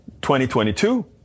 2022